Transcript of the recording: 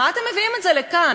מה אתם מביאים את זה לכאן?